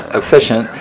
efficient